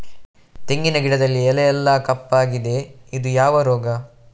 ತೆಂಗಿನ ಗಿಡದಲ್ಲಿ ಎಲೆ ಎಲ್ಲಾ ಕಪ್ಪಾಗಿದೆ ಇದು ಯಾವ ರೋಗ?